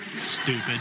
stupid